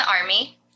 army